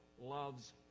loves